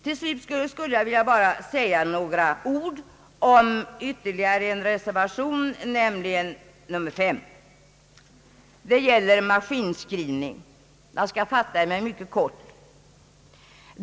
Till sist skulle jag vilja säga några ord om ytterligare en reservation, nämligen reservation 5. Den gäller undervisning i maskinskrivning. Jag skall fatta mig mycket kort.